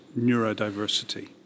neurodiversity